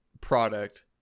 product